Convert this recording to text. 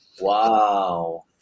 wow